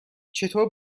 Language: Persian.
چطور